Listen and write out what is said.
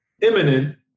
imminent